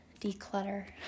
declutter